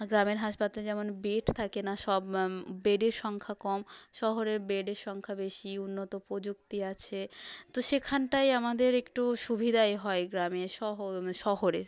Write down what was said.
গ্রামের হাসপাতালে যেমন বেড থাকে না সব বেডের সংখ্যা কম শহরে বেডের সংখ্যা বেশি উন্নত প্রযুক্তি আছে তো সেখানটায় আমাদের একটু সুবিধাই হয় গ্রামে শহরে